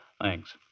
Thanks